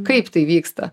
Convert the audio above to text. kaip tai vyksta